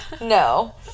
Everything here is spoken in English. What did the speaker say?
no